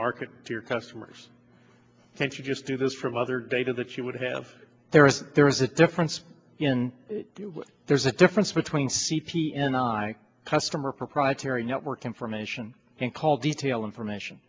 market to your customers can't you just do this from other data that you would have there is there is a difference in there's a difference between c p n i a customer proprietary network information and call detail information